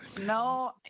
No